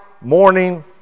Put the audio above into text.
morning